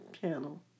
channel